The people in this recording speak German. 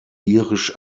irisch